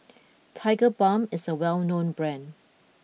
Tigerbalm is a well known brand